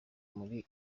muri